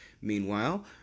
Meanwhile